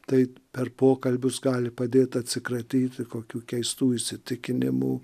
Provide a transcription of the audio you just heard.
tai per pokalbius gali padėt atsikratyti kokių keistų įsitikinimų